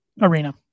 arena